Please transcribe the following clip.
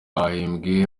bahembwe